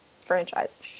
franchise